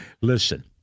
Listen